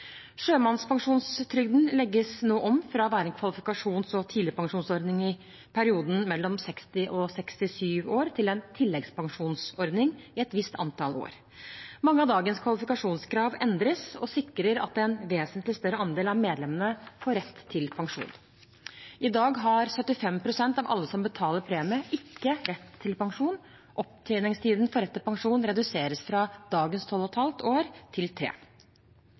Sjømannspensjonstrygden legges nå om fra å være en kvalifikasjons- og tidligpensjonsordning i perioden mellom 60 og 67 år til en tilleggspensjonsordning i et visst antall år. Mange av dagens kvalifikasjonskrav endres og sikrer at en vesentlig større andel av medlemmene får rett til pensjon. I dag har 75 pst. av alle som betaler premie, ikke rett til pensjon. Opptjeningstiden for rett til pensjon reduseres fra dagens 12,5 år til 3 år.